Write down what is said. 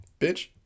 bitch